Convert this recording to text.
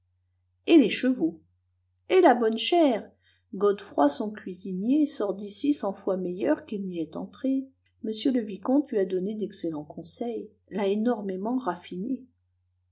et les chevaux et la bonne chère godefroi son cuisinier sort d'ici cent fois meilleur qu'il n'y est entré m le vicomte lui a donné d'excellents conseils l'a énormément raffiné